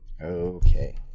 Okay